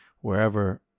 wherever